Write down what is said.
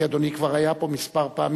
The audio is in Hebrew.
כי אדוני כבר היה פה פעמים מספר,